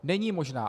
Není možná.